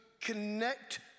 connect